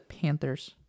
Panthers